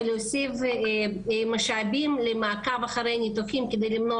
ולהוסיף משאבים למעקב אחרי ניתוחים כדי למנוע